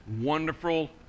wonderful